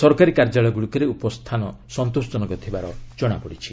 ସରକାରୀ କାର୍ଯ୍ୟାଳୟଗ୍ରଡ଼ିକରେ ଉପସ୍ଥାନ ସନ୍ତୋଷଜନକ ଥିବାର ଜଣାପଡ଼ିଛି